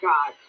God